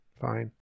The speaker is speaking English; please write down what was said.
fine